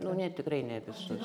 nu ne tikrai ne visus